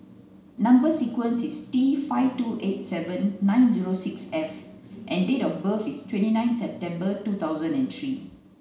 number sequence is T five two eight seven nine zero six F and date of birth is twenty nine September two thousand and three